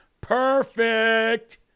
Perfect